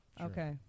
Okay